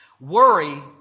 Worry